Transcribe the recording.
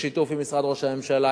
בשיתוף עם משרד ראש הממשלה,